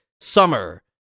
summer